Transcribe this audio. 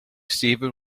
steven